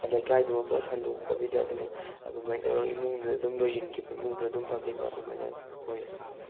ꯂꯩꯀꯥꯏꯗꯨꯃ ꯄꯨꯔꯥ ꯁꯟꯗꯣꯛꯇꯕꯤꯗ ꯑꯗꯨꯝ ꯑꯗꯨꯃꯥꯏꯅ ꯇꯧꯔꯒ ꯏꯃꯨꯡꯗꯨꯗ ꯑꯗꯨꯝ ꯂꯣꯏꯁꯤꯟꯈꯤꯕ ꯏꯃꯨꯡꯗꯨꯗ ꯑꯗꯨꯝ ꯐꯈꯤꯕ ꯑꯗꯨꯃꯥꯏꯅ ꯑꯣꯏꯌꯦ